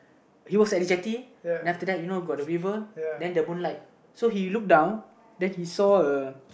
he was at a jetty then after that you know got the river then the moonlight so he look down then he saw a